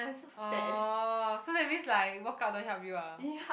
orh so that means like work out don't help you ah